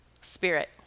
spirit